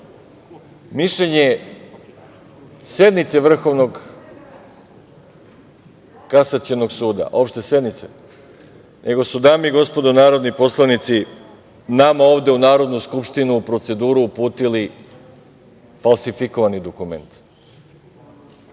mišljenje sednice Vrhovnog kasacionog suda, Opšte sednice, nego su, dame i gospodo narodni poslanici, nama ovde u Narodnu skupštinu u proceduru uputili falsifikovani dokument.